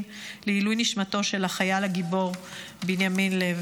לעילוי נשמתו של החייל הגיבור בנימין לב.